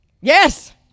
Yes